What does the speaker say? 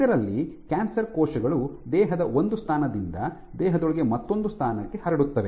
ಇದರಲ್ಲಿ ಕ್ಯಾನ್ಸರ್ ಕೋಶಗಳು ದೇಹದ ಒಂದು ಸ್ಥಾನದಿಂದ ದೇಹದೊಳಗೆ ಮತ್ತೊಂದು ಸ್ಥಾನಕ್ಕೆ ಹರಡುತ್ತವೆ